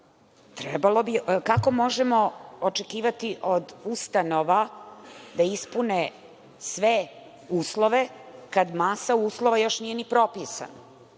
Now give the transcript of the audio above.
tema. Kako možemo očekivati od ustanova da ispune sve uslove, kada masa uslova još nije ni propisana,